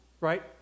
Right